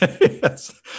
yes